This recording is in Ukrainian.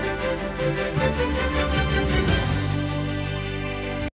Дякую.